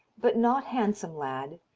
but not handsome lad,